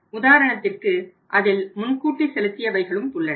உதாரணத்திற்கு அதில் முன்கூட்டி செலுத்தியவைகளும் உள்ளன